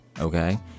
Okay